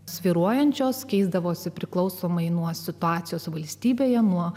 svyruojančios keisdavosi priklausomai nuo situacijos valstybėje nuo